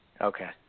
Okay